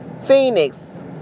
Phoenix